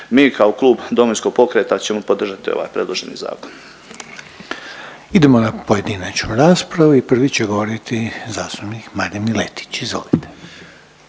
mi kao klub Domovinskog pokreta ćemo podržati ovaj predloženi zakon. **Reiner, Željko (HDZ)** Idemo na pojedinačnu raspravu i prvi će govoriti zastupnik Marin Miletić, izvolite.